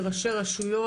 לראשי רשויות,